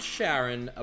Sharon